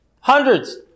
Hundreds